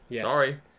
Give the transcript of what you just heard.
Sorry